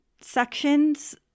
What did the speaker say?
sections